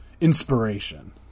inspiration